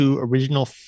Original